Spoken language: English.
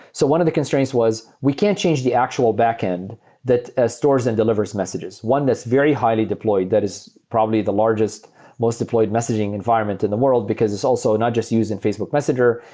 so one of the constraints was we can't change the actual backend that stores and delivers messages. one that's very highly deployed, that is probably the largest most deployed messaging environment in the world because it's also not just using facebook messenger.